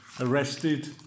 arrested